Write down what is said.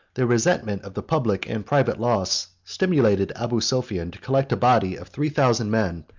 the resentment of the public and private loss stimulated abu sophian to collect a body of three thousand men,